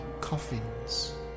coffins